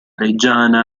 reggiana